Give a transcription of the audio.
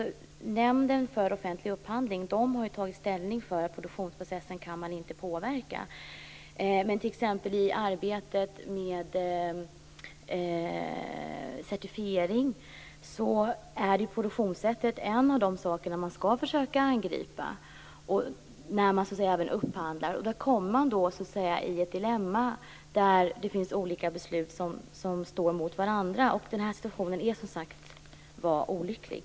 Nämnden för offentlig upphandling har tagit ställningen att man inte kan påverka produktionsprocessen. Men i t.ex. arbetet med certifiering är ju produktionssättet en av de saker man skall försöka angripa när man upphandlar. Man kommer då i ett dilemma där olika beslut står mot varandra. Denna situation är som sagt olycklig.